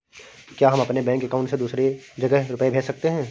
क्या हम अपने बैंक अकाउंट से दूसरी जगह रुपये भेज सकते हैं?